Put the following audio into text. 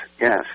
yes